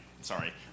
Sorry